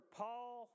paul